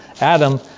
Adam